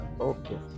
Okay